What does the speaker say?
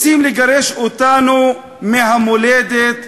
רוצים לגרש אותנו מהמולדת שלנו: